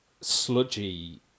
Sludgy